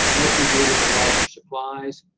mostly due to the larger supplies.